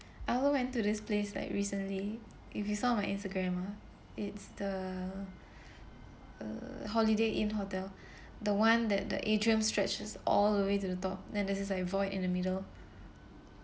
I also went to this place like recently if you saw my Instagram ah it's the(uh)holiday inn hotel the one that the atrium stretches all the way to the top then there's like a void in the middle